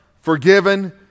forgiven